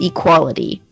Equality